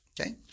Okay